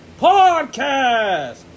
Podcast